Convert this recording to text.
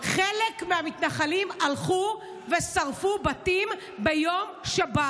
חלק מהמתנחלים הלכו ושרפו בתים ביום שבת.